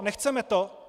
Nechceme to?